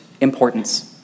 importance